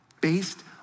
based